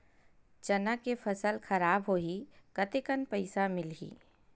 चना के फसल खराब होही कतेकन पईसा मिलही?